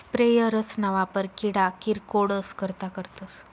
sprayers ना वापर किडा किरकोडस करता करतस